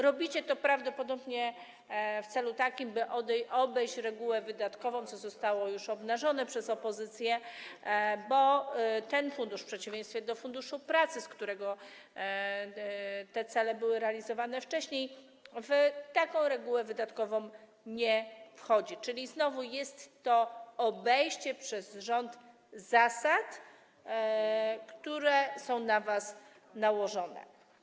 Robicie to prawdopodobnie po to, aby obejść regułę wydatkową, co zostało już obnażone przez opozycję, ponieważ ten fundusz w przeciwieństwie do Funduszu Pracy, z którego te cele były realizowane wcześniej, taką regułą wydatkową nie jest objęty, czyli znowu jest to obejście przez rząd zasad, które są na was nałożone.